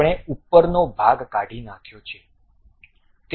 તેથી આપણે ઉપરનો ભાગ કાઢી નાખ્યો છે